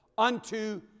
Unto